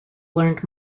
learned